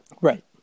right